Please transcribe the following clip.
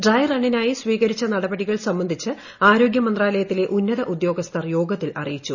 dry റണ്ണിനായി സ്വീകരിച്ച നടപടികൾ സംബന്ധിച്ച് ആരോഗൃ മന്ത്രാലയത്തിലെ ഉന്നത ഉദ്യോഗസ്ഥർ യോഗത്തിൽ അറിയിച്ചു